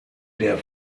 der